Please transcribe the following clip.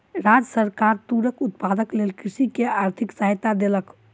राज्य सरकार तूरक उत्पादनक लेल कृषक के आर्थिक सहायता देलक